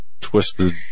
twisted